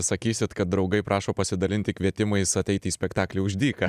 sakysit kad draugai prašo pasidalinti kvietimais ateit į spektaklį už dyką